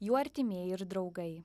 jų artimieji ir draugai